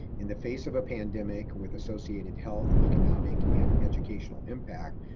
in the face of a pandemic with associated health, economic, and educational impact,